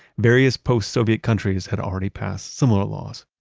various post-soviet countries had already passed similar laws.